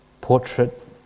portrait